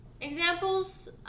examples